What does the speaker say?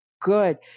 good